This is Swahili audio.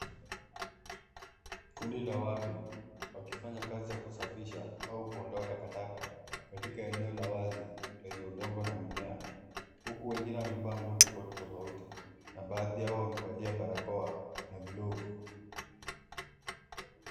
Kundi la watu wakifanya kazi ya kusafisha au kuondoa takataka katika eneo la wazi lenye udongo na mimea, huku wengine wamevaa nguo tofauti tofauti na baadhi yao wamevalia barakoa na glovu.